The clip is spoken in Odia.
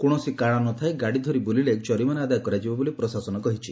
କୌଣସି କାରଣ ନ ଥାଇ ଗାଡ଼ି ଧରି ବୁଲିଲେ ଜରିମାନା ଆଦାୟ କରାଯିବ ବୋଲି ପ୍ରଶାସନ କହିଛି